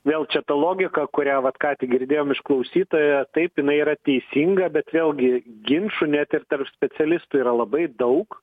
vėl čia ta logika kurią vat ką tik girdėjom iš klausytojo taip jinai yra teisinga bet vėlgi ginčų net ir tarp specialistų yra labai daug